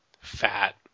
fat